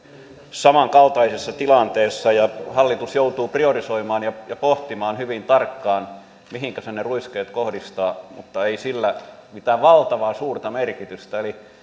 samankaltaisessa tilanteessa ja hallitus joutuu priorisoimaan ja pohtimaan hyvin tarkkaan mihinkä se ne ruiskeet kohdistaa mutta ei sillä mitään valtavan suurta merkitystä ole eli me